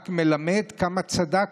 רק מלמד כמה צדקנו.